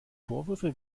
vorwürfe